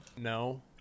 No